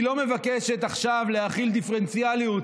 היא לא מבקשת עכשיו להחיל דיפרנציאליות,